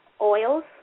oils